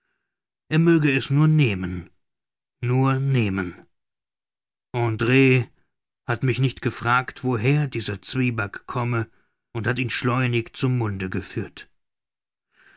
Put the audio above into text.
er möge es nur nehmen nur nehmen andr hat mich nicht gefragt woher dieser zwieback komme und hat ihn schleunig zum munde geführt